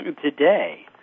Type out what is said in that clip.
Today